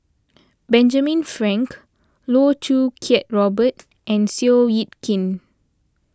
Benjamin Frank Loh Choo Kiat Robert and Seow Yit Kin